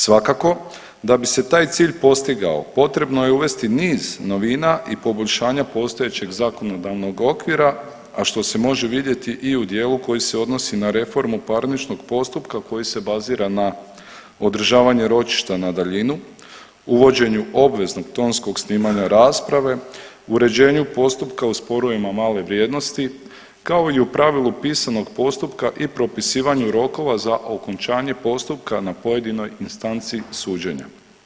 Svakako da bi se taj cilj postigao potrebno je uvesti niz novina i poboljšanja postojećeg zakonodavnog okvira, a što se može vidjeti i u dijelu koji se odnosi na reformu parničnog postupka koji se bazira na održavanje ročišta na daljinu, uvođenju obveznog tonskog snimanja rasprave, uređenju postupka u sporovima male vrijednosti kao i u pravilu pisanog postupka i propisivanju rokova za okončanje postupka na pojedinoj instanci suđenja.